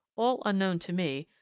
all unknown to me,